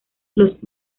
los